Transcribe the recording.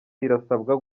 irasabwa